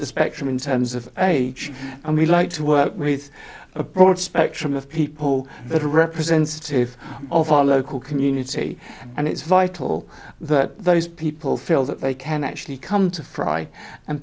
the spectrum in terms of and we like to work with a broad spectrum of people that are representative of our local community and it's vital that people feel that they can actually come to fry and